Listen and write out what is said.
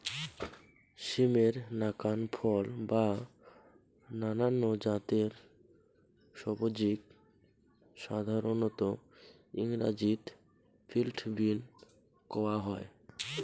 সিমের নাকান ফল বা নানান জাতের সবজিক সাধারণত ইংরাজিত ফিল্ড বীন কওয়া হয়